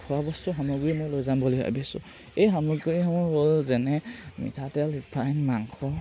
খোৱাবস্তু সামগ্ৰী মই লৈ যাম বুলি ভাবিছোঁ এই সামগ্ৰীসমূহ হ'ল যেনে মিঠাতেল ৰিফাইন মাংস